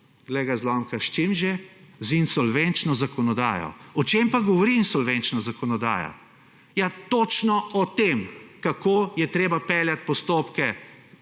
s čim že, z insolvenčno zakonodajo. O čem pa govori insolvenčna zakonodaja? Ja točno o tem, kako je treba peljati postopke